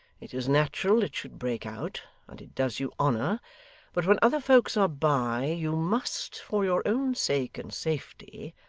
it is natural it should break out, and it does you honour but when other folks are by, you must, for your own sake and safety,